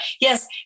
yes